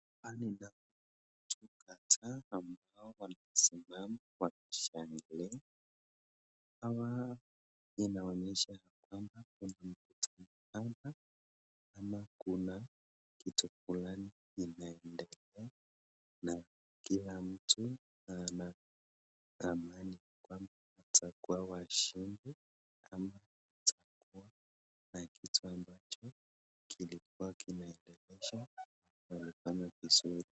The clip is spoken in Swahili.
Hapa naona watu kadhaa ambao wamesimama wakishangilia ama inaonyesha ya kwamba kuna kitu fulani ama kuna kitu fulani inaendelea na kila mtu ana amani kwamba watakuwa washindi ama watakuwa na kitu ambacho kilikuwa kinaendeleshwa wanaona vizuri.